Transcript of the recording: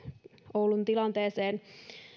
oulun tilanteeseen